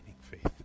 faith